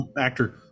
actor